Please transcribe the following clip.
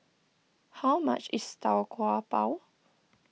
how much is Tau Kwa Pau